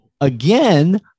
again